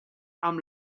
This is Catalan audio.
amb